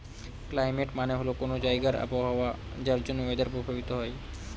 climate মানে হল কোনো জায়গার আবহাওয়া যার জন্য ওয়েদার প্রভাবিত হয়